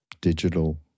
digital